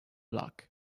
luck